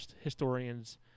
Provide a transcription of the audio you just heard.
historians